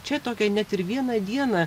čia tokio net ir vieną dieną